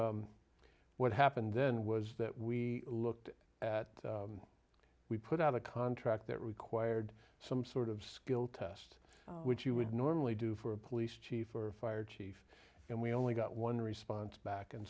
think what happened then was that we looked at we put out a contract that required some sort of skill test which you would normally do for a police chief or fire chief and we only got one response back and